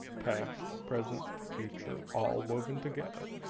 past, present, future all woven together!